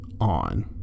on